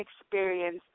experience